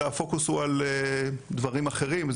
אלה הפוקוס הוא על דברים אחרים.